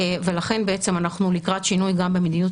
ולכן בעצם אנחנו לקראת שינוי גם במדיניות